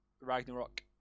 Ragnarok